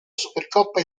supercoppa